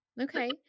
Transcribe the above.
Okay